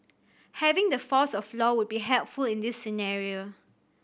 having the force of law would be helpful in this scenario